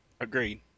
Agreed